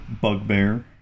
bugbear